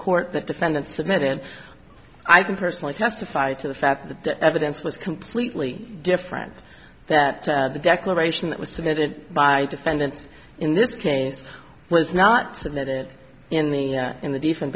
court that defendant submitted and i can personally testify to the fact that the evidence was completely different that the declaration that was submitted by defendants in this case was not submitted in the in the different